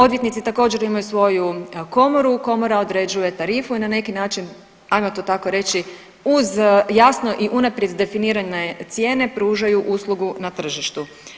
Odvjetnici također, imaju svoju komoru, komora određuje tarifu i na neki način, ajmo to tako reći, uz jasno i unaprijed definirane cijene pružaju uslugu na tržištu.